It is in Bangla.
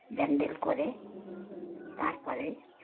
ব্যান্ডেল করে তারপরে